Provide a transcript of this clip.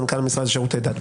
מנכ"ל משרד לשירותי דת.